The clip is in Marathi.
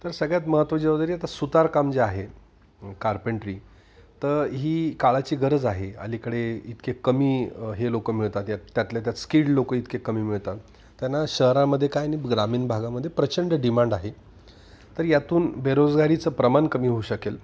तर सगळ्यात महत्त्वचे वगैरे आता सुतार काम जे आहे कार्पेंट्री तर ही काळाची गरज आहे अलीकडे इतके कमी हे लोक मिळतात यात त्यातल्या त्यात स्किल्ड लोक इतके कमी मिळतात त्यांना शहरामध्ये काय आणि ग्रामीण भागामध्ये प्रचंड डिमांड आहे तर यातून बेरोजगारीचं प्रमाण कमी होऊ शकेल